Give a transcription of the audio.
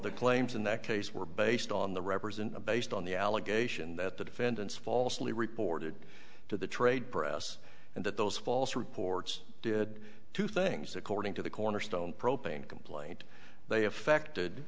the claims in that case were based on the represent a based on the allegation that the defendants falsely reported to the trade press and that those false reports did two things according to the cornerstone propane complaint they affected